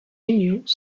unions